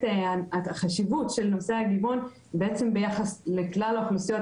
החשיבות של נושא הגיוון ביחס לכלל האוכלוסיות.